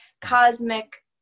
cosmic